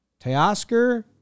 Teoscar